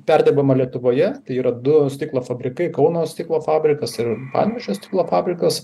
perdirbama lietuvoje tai yra du stiklo fabrikai kauno stiklo fabrikas ir panevėžio stiklo fabrikas